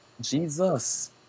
Jesus